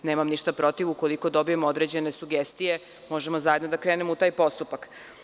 Nemam ništa protiv, ukoliko dobijemo određene sugestije možemo zajedno da krenemo u taj postupak.